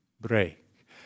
break